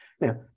Now